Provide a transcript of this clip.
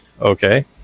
okay